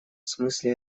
смысле